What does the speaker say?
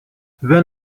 when